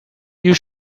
you